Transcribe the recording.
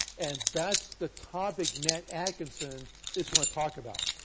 and that's the topic matt atkinson is going to talk about.